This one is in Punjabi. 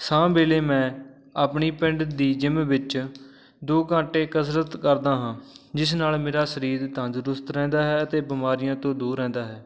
ਸ਼ਾਮ ਵੇਲੇ ਮੈਂ ਆਪਣੀ ਪਿੰਡ ਦੀ ਜਿੰਮ ਵਿੱਚ ਦੋ ਘੰਟੇ ਕਸਰਤ ਕਰਦਾ ਹਾਂ ਜਿਸ ਨਾਲ਼ ਮੇਰਾ ਸਰੀਰ ਤੰਦਰੁਸਤ ਰਹਿੰਦਾ ਹੈ ਅਤੇ ਬਿਮਾਰੀਆਂ ਤੋਂ ਦੂਰ ਰਹਿੰਦਾ ਹੈ